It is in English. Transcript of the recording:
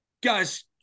guys